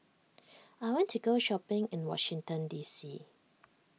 I want to go shopping in Washington D C